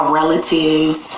relatives